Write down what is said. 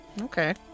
Okay